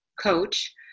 coach